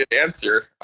answer